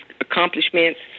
accomplishments